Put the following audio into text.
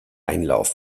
einlauf